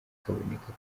kaboneka